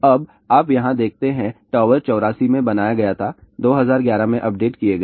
अब आप वहां देखते हैं टॉवर 84 में बनाया गया था 2011 में अपडेट किए गए